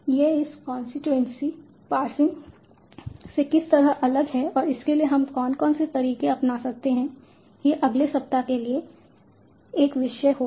यह इस constituency parsing से किस तरह अलग है और इसके लिए हम कौन कौन से तरीके अपना सकते हैं यह अगले सप्ताह के लिए एक विषय होगा